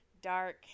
Dark